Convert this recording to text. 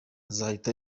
azahita